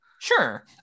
Sure